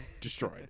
destroyed